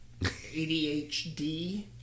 ADHD